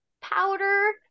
powder